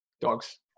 dogs